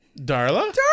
Darla